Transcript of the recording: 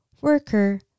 worker